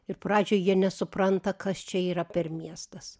ir pradžioj jie nesupranta kas čia yra per miestas